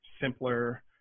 simpler